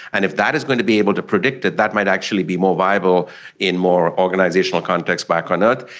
and if that is going to be able to predict it, that might actually be more viable in more organisational contexts back on earth.